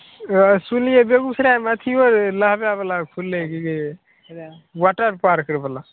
अ सुनलियै बेगूसरायमे अथियो रे नहबयवला खुललै रहए की कहै छै वाटर पार्कवला